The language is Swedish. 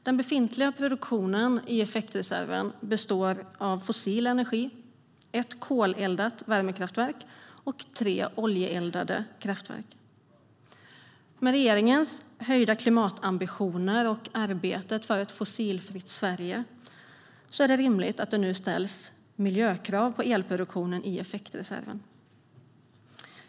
Den befintliga produktionen i effektreserven består av fossil energi, ett koleldat värmekraftverk och tre oljeeldade kraftverk. Med regeringens höjda klimatambitioner och arbetet för ett fossilfritt Sverige är det rimligt att det nu ska ställas miljökrav på elproduktionen i effektreserven.